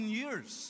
years